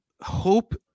hope